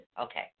Okay